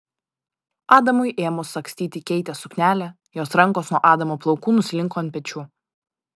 adamui ėmus sagstyti keitės suknelę jos rankos nuo adamo plaukų nuslinko ant pečių